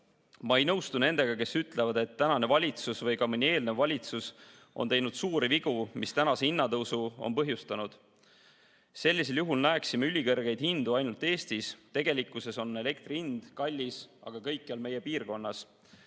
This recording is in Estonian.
Ma ei nõustu nendega, kes ütlevad, et praegune valitsus või ka mõni eelnev valitsus on teinud suuri vigu, mis tänase hinnatõusu on põhjustanud. Sellisel juhul näeksime ülikõrgeid hindu ainult Eestis. Tegelikkuses on elektri hind kallis aga kõikjal meie piirkonnas.